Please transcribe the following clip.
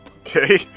Okay